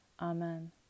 Amen